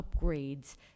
upgrades